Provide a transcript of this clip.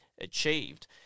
achieved